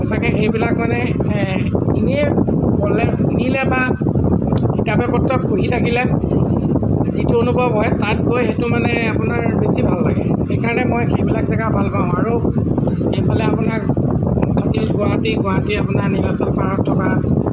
সঁচাকৈ এইবিলাক মানে এনেই ক'লে শুনিলে বা কিতাপে পত্ৰই পঢ়ি থাকিলে যিটো অনুভৱ হয় তাত গৈ সেইটো মানে আপোনাৰ বেছি ভাল লাগে সেইকাৰণে মই সেইবিলাক জেগা ভাল পাওঁ আৰু এইফালে আপোনাৰ গুৱাহাটী গুৱাহাটীৰ আপোনাৰ নীলাচল পাহাৰত থকা